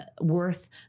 worth